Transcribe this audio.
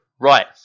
Right